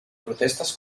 protestes